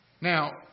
Now